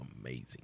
amazing